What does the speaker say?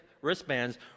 wristbands